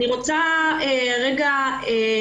אני רוצה להגיד,